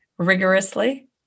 rigorously